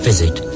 Visit